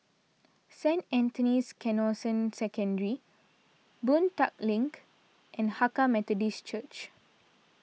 Saint Anthony's Canossian Secondary Boon Tat Link and Hakka Methodist Church